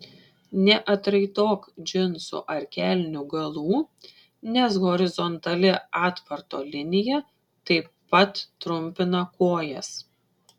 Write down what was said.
neatraitok džinsų ar kelnių galų nes horizontali atvarto linija taip pat trumpina kojas